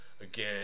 again